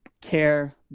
care